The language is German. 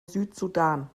südsudan